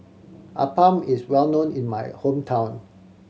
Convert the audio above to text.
appam is well known in my hometown